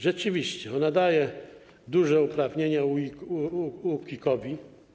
Rzeczywiście, ona daje duże uprawnienia UOKiK-owi.